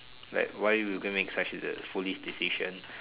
like why you going to make such a foolish decision